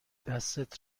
دستت